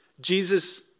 Jesus